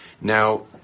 Now